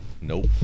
Nope